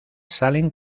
salen